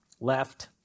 Left